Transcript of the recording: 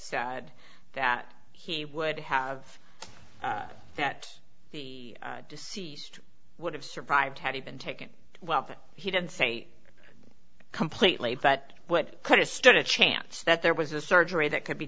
sad that he would have that the deceased would have survived had he been taken well but he didn't say completely but what could a start a chance that there was a surgery that could be